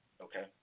okay